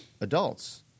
adults